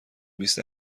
بیست